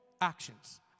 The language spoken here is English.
actions